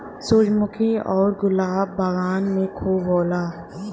सूरजमुखी आउर गुलाब बगान में खूब होला